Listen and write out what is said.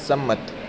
સંમત